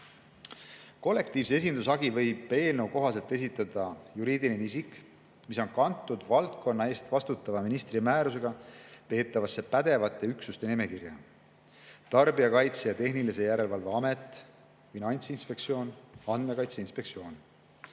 Kollektiivse esindushagi võib eelnõu kohaselt esitada juriidiline isik, kes on kantud valdkonna eest vastutava ministri määruse alusel peetavasse pädevate üksuste nimekirja: Tarbijakaitse ja Tehnilise Järelevalve Amet, Finantsinspektsioon, Andmekaitse Inspektsioon.